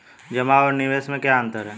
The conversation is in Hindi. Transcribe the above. जमा और निवेश में क्या अंतर है?